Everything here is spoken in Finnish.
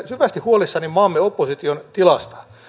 syvästi huolissani maamme opposition tilasta